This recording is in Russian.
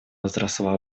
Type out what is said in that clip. возросла